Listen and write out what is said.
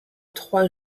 trois